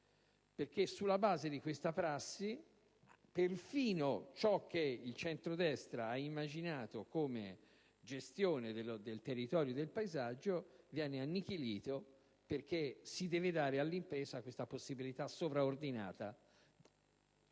sulla base di questa prassi, perfino ciò che il centrodestra ha immaginato come gestione del territorio e del paesaggio viene annichilito per dare all'impresa la possibilità sovraordinata di